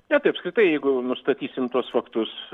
ne tai apskritai jeigu nustatysim tuos faktus